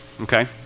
okay